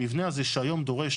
המבנה הזה שהיום דורש,